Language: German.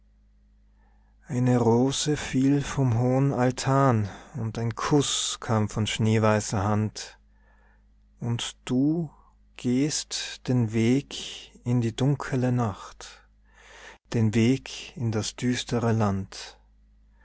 eine rose fiel vom hohen altan und ein kuß kam von schneeweißer hand und du gehst den weg in die dunkele nacht den weg in das düstere land